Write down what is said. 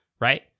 right